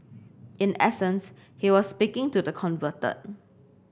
in essence he was speaking to the converted